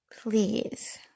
Please